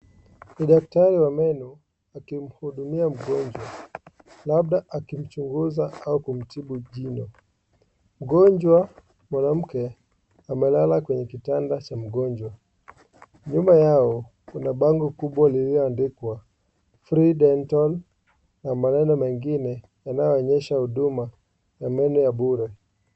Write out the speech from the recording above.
Ni daktari wa meno akimhudumia mgonjwa labda akimchunguza au kumtibu jino . Mgonjwa mwanamke amelala kwenye kitanda cha mgonjwa nyuma yao kuna bango kubwa lililoandikwa free dental na maneno mengine yanayoonyesha huduma ya meno ya bure.